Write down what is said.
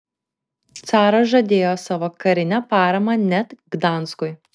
caras žadėjo savo karinę paramą net gdanskui